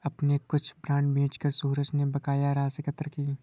अपने कुछ बांड बेचकर सूरज ने बकाया राशि एकत्र की